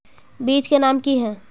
बीज के नाम की है?